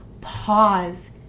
pause